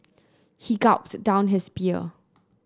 he gulped down his beer